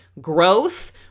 Growth